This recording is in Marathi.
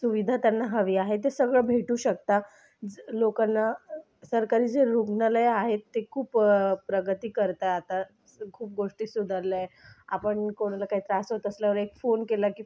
सुविधा त्यांना हवी आहे ते सगळं भेटू शकतं लोकांना सरकारी जे रुग्णालय आहेत ते खूप प्रगती करताय आता खूप गोष्टी सुधारल्या आहेत आपण कोणाला काही त्रास होत असल्यावर एक फोन केला की